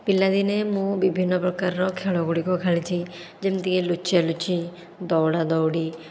ପିଲାଦିନେ ମୁଁ ବିଭିନ୍ନ ପ୍ରକାରର ଖେଳଗୁଡ଼ିକ ଖେଳିଛି ଯେମିତିକି ଲୁଚାଲୁଚି ଦୌଡ଼ାଦୌଡ଼ି